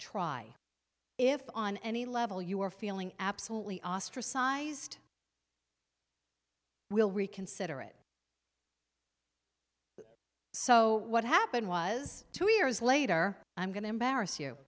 try if on any level you are feeling absolutely ostracized will reconsider it so what happened was two years later i'm going to embarrass you